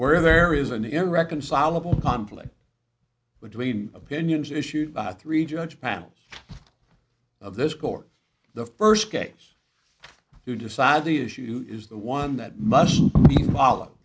where there is an irreconcilable conflict between opinions issued by the three judge panel of this court the first case to decide the issue is the one that must follow